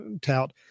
tout